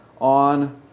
on